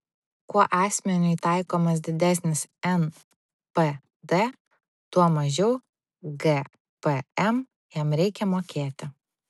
kuo asmeniui taikomas didesnis npd tuo mažiau gpm jam reikia mokėti